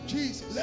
Jesus